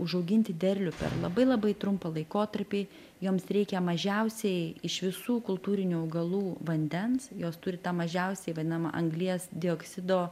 užauginti derlių per labai labai trumpą laikotarpį joms reikia mažiausiai iš visų kultūrinių augalų vandens jos turi tą mažiausiai vadinamą anglies dioksido